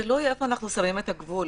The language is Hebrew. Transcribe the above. תלוי איפה אנחנו שמים את הגבול.